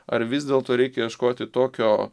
ar vis dėlto reikia ieškoti tokio